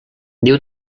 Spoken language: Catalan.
diu